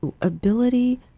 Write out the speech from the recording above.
ability